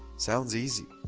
sounds easy.